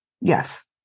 Yes